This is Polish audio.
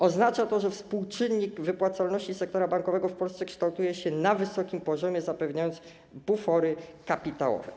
Oznacza to, że współczynnik wypłacalności sektora bankowego w Polsce kształtuje się na wysokim poziomie, zapewniając bufory kapitałowe.